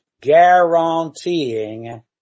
guaranteeing